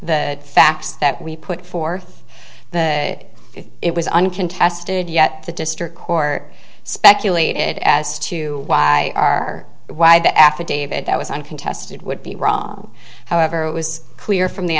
the facts that we put forth if it was uncontested yet the district court speculated as to why are why the affidavit that was uncontested would be wrong however it was clear from the